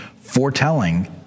foretelling